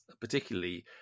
particularly